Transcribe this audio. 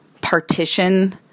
partition